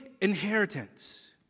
inheritance